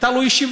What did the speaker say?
הייתה לו ישיבה,